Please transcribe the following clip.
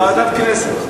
אז ועדת הכנסת.